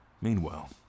Meanwhile